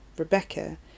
Rebecca